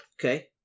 Okay